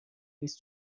نیست